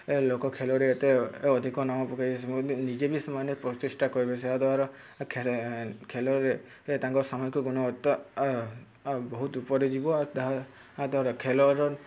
ଲୋକ ଖେଳରେ ଏତେ ଅଧିକ ନାମ ପକାଇ ନିଜେ ବି ସେମାନେ ପ୍ରଚେଷ୍ଟା କରିବେ ଏହା ଦ୍ୱାରା ଖେଳରେ ତାଙ୍କ ସାମୁହିକ ଗୁଣବତ୍ତା ବହୁତ ଉପରେ ଯିବ ଆର୍ ତାହା ଦ୍ଵାରା ଖେଳର